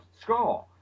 score